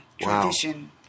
tradition